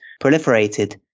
proliferated